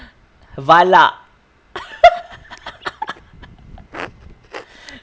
valak